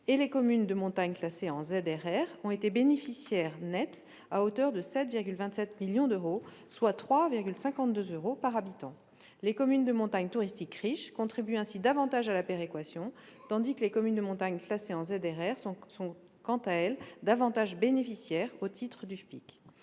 en zone de revitalisation rurale, les ZRR, ont été bénéficiaires nettes à hauteur de 7,27 millions d'euros, soit 3,52 euros par habitant. Les communes de montagne touristiques riches contribuent ainsi davantage à la péréquation, tandis que les communes de montagne classées en ZRR sont, quant à elles, davantage bénéficiaires au titre du FPIC.